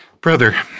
brother